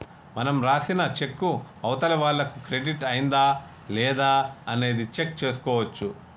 మనం రాసిన చెక్కు అవతలి వాళ్లకు క్రెడిట్ అయ్యిందా లేదా అనేది చెక్ చేసుకోవచ్చు